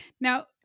Now